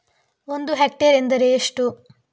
ಒಂದು ಹೆಕ್ಟೇರ್ ಎಂದರೆ ಎಷ್ಟು?